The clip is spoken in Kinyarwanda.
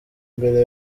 mbere